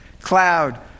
cloud